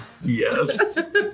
Yes